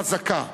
חזקה,